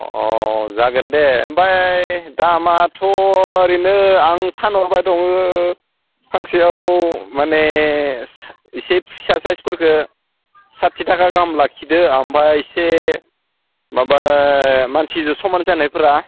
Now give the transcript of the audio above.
अ जागोन दे ओमफाय दामआथ' ओरैनो आं फानहरबाय दङ फांसेयाव माने एसे फिसा साइसफोरखो साथि थाखा गाहाम लाखिदो आमफाय एसे माबा मानसि समान जानायफोरा